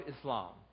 Islam